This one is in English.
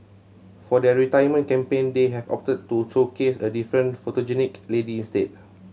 for their retirement campaign they have opted to showcase a different photogenic lady instead